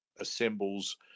assembles